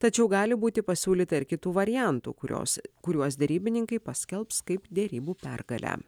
tačiau gali būti pasiūlyta ir kitų variantų kurios kuriuos derybininkai paskelbs kaip derybų pergalę